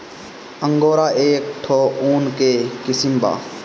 angora एक ठो ऊन के किसिम बा